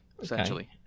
essentially